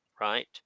right